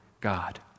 God